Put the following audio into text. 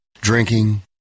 Drinking